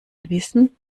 wissen